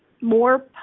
more